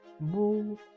move